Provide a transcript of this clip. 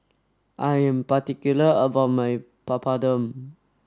I am particular about my Papadum